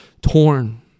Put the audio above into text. torn